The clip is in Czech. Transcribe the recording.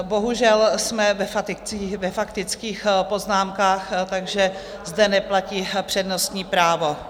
Bohužel jsme ve faktických poznámkách, takže zde neplatí přednostní právo.